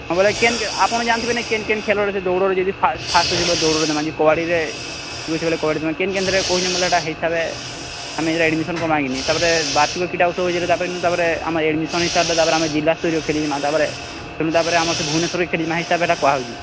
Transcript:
ହଁ ବେଲେ କେନ୍ ଆପଣ୍ ଜାଣିଥିବେନା କେନ୍ କେନ୍ ଖେଲରେ ସେ ଦୌଡ଼ରେ ଯଦି ଫାଷ୍ଟ୍ ଫାଷ୍ଟ୍ ହଉଛେ ବେଲେ ଦୌଡ଼ ଦେମା ଯଦି କବାଡ଼ିରେ ଠିକ୍ ଅଛେ ବେଲେ କବାଡ଼ି ଦେମା କେନ୍ କେନ୍ ଥିରେ କହୁଛ ବେଲେ ସେ ହିସାବେ ଆମେ ଇଟା ଏଡ଼୍ମିସନ୍ କର୍ମାକିନି ତା'ପରେ ବାର୍ଷିକ କ୍ରୀଡ଼ା ଉତ୍ସବ ହଉଛେ ବେଲେ ତା'ପରେ ଆମର ଇନୁ ତା'ପରେ ଆମର୍ ଏଡ଼୍ମିସନ୍ ହିସାର୍ଲେ ତା'ପରେ ଆମ ଜିଲ୍ଲାସ୍ତରୀୟ ଖେଲିଯିମା ତା'ପରେ ସେନୁ ତା'ପରେ ଆମର୍ସେ ଭବନେଶ୍ୱର୍କେ ଖେଲିିଯିମା ସେ ହିସାବେ ହେଟା କୁହାହଉଛେ